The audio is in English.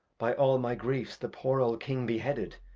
by au my griefs the poor old king bareheaded.